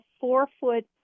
four-foot